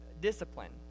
discipline